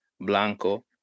Blanco